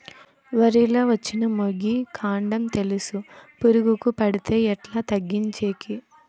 వరి లో వచ్చిన మొగి, కాండం తెలుసు పురుగుకు పడితే ఎట్లా తగ్గించేకి?